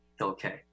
okay